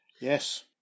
Yes